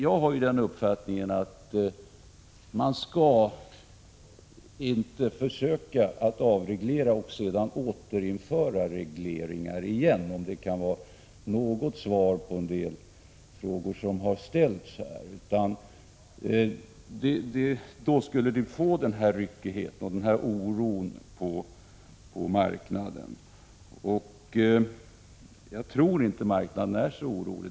Jag har den uppfattningen att man inte skall försöka att avreglera och sedan återinföra regleringar. Jag hoppas att detta kan vara ett svar på några av de frågor som har ställts. Går man fel väg får man den här ryckigheten och den här oron på marknaden. Jag tror inte att marknaden är så orolig.